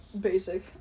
basic